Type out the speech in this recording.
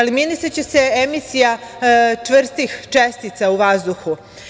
Eliminisaće se emisija čvrstih čestica u vazduhu.